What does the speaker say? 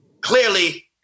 clearly